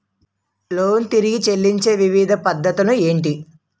Loan తిరిగి చెల్లించే వివిధ పద్ధతులు ఏంటి?